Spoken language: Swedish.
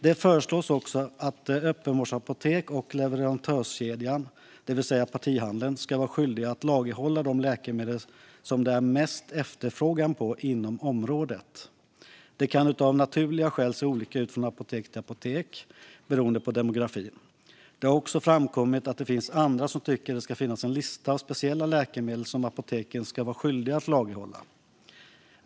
Det föreslås också att öppenvårdsapotek och leverantörskedjan, det vill säga partihandeln, ska vara skyldiga att lagerhålla de läkemedel som det är mest efterfrågan på inom området. Det kan av naturliga skäl se olika ut från apotek till apotek beroende på demografin. Det har också framkommit att det finns andra som tycker det ska finnas en lista av speciella läkemedel som apoteken ska vara skyldiga att lagerhålla.